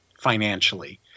financially